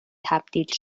تبدیل